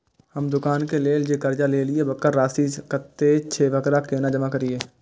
हम दुकान के लेल जे कर्जा लेलिए वकर राशि कतेक छे वकरा केना जमा करिए?